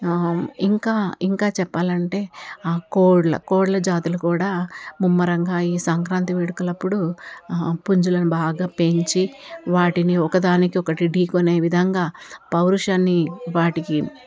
ఇంకా ఇంకా చెప్పాలంటే ఆ కోళ్ళ కోళ్ళ జాతులు కూడా ముమ్మరంగా ఈ సంక్రాంతి వేడుకలప్పుడు పుంజులను బాగా పెంచి వాటిని ఒకదానికొకటి ఢీకొనే విధంగా పౌరుషాన్ని వాటికి